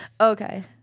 Okay